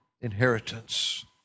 inheritance